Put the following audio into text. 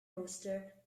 rooster